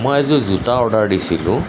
মই এযোৰ জোতা অৰ্ডাৰ দিছিলোঁ